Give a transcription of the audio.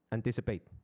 Anticipate